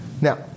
Now